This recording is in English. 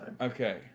Okay